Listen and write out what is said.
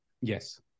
Yes